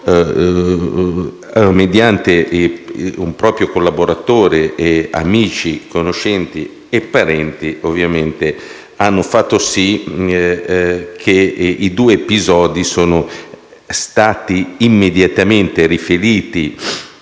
mediante un proprio collaboratore, amici, conoscenti e parenti, hanno fatto sì che i due episodi siano stati immediatamente riferiti